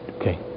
okay